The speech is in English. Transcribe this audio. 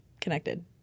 connected